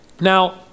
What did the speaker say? Now